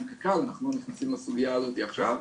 אנחנו לא נכנסים לסוגיה הזאת עכשיו.